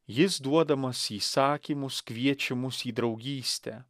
jis duodamas įsakymus kviečia mus į draugystę